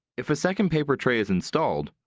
if a second paper tray is installed,